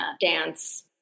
dance